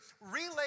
relay